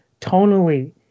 tonally